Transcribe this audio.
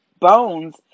bones